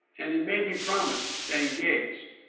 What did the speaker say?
and he made me promise to stay engaged.